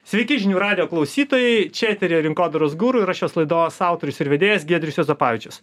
sveiki žinių radijo klausytojai čia eteryje rinkodaros guru ir aš šios laidos autorius ir vedėjas giedrius juozapavičius